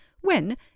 when